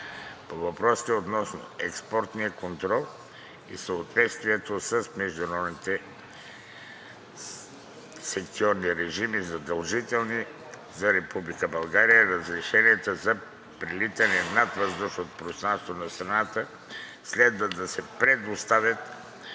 По въпросите относно експортния контрол и съответствието с международните санкционни режими, задължителни за Република България, разрешенията за прелитане над въздушното пространство на страната следва да се предоставят